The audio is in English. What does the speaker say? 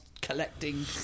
collecting